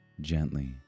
gently